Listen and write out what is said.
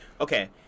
okay